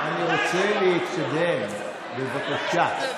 אני רוצה להתקדם, בבקשה.